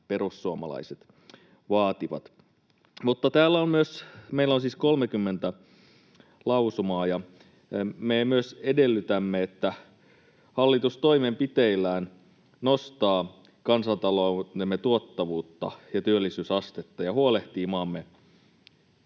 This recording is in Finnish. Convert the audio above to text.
perussuomalaiset vaativat. Meillä on 30 lausumaa, ja me myös edellytämme, että hallitus toimenpiteillään nostaa kansantaloutemme tuottavuutta ja työllisyysastetta ja huolehtii maamme